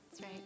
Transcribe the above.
right